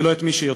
ולא את מי שיוצר,